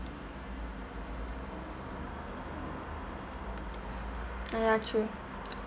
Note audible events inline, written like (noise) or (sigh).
ah ya true (noise)